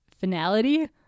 finality